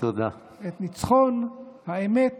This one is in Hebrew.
את ניצחון האמת